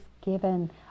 given